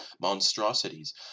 Monstrosities